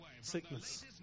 sickness